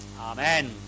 Amen